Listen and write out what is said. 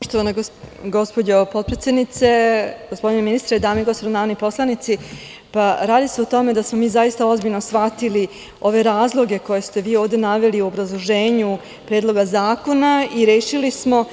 Poštovana gospođo potpredsednice, gospodine ministre, dame i gospodo narodni poslanici, radi se o tome da smo mi zaista ozbiljno shvatili ove razloge koje ste vi ovde naveli u obrazloženju Predloga zakona i rešili smo